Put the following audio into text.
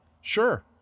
Sure